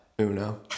Uno